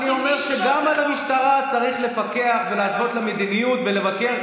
אני אומר שגם על המשטרה צריך לפקח ולהתוות לה מדיניות ולבקר,